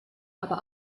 aber